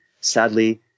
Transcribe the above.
Sadly